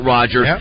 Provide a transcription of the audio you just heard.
Roger